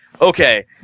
okay